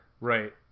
Right